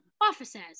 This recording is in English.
Officers